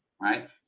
right